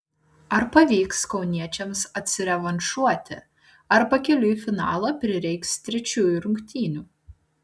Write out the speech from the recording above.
ar pavyks kauniečiams atsirevanšuoti ar pakeliui į finalą prireiks trečiųjų rungtynių